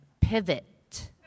pivot